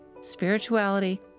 spirituality